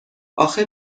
آخه